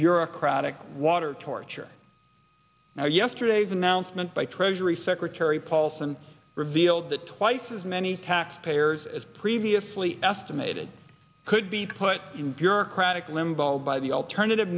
bureaucratic water torture now yesterday's announcement by treasury secretary paulson revealed that twice as many taxpayers as previously estimated could be put in bureaucratic limbo by the alternative